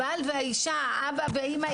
האבא והאימא,